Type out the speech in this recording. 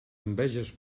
enveges